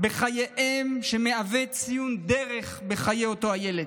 בחייהם המהווה ציון דרך בחיי אותו ילד.